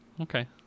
Okay